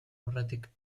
aurretik